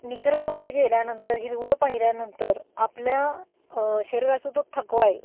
निसर्गामध्ये गेल्यानंतर हिरवळ पाहिल्यानंतर आपल्या शरीराचा तो थकवा आहे